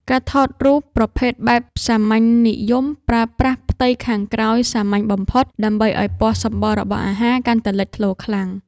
ការថតរូបប្រភេទបែបសាមញ្ញនិយម ប្រើប្រាស់ផ្ទៃខាងក្រោយសាមញ្ញបំផុត ដើម្បីឱ្យពណ៌សម្បុររបស់អាហារកាន់តែលេចធ្លោខ្លាំង។